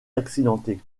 accidenté